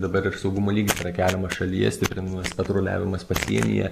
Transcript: dabar ir saugumo lygis yra keliamas šalyje stiprinamas patruliavimas pasienyje